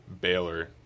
Baylor